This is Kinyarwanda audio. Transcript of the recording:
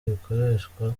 bikoreshwa